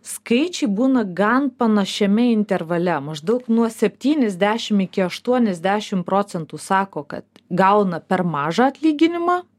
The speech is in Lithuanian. skaičiai būna gan panašiame intervale maždaug nuo septyniasdešimt iki aštuoniasdešimt procentų sako kad gauna per mažą atlyginimą